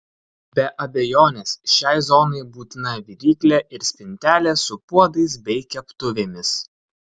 be abejonės šiai zonai būtina viryklė ir spintelė su puodais bei keptuvėmis